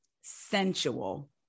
sensual